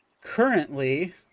currently